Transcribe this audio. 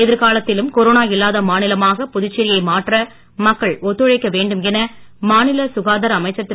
எதிர்காலத்திலும் corona இல்லாத மாநிலமாக புதுச்சேரியை மாற்ற மக்கள் ஒத்துழைக்க வேண்டும் என மாநில சுகாதார அமைச்சர் திரு